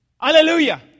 Hallelujah